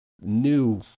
new